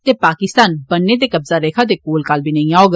ते पाकिस्तान ब'न्ने ते कब्जा रेखा दे कोलकाल बी नेई औग